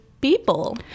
people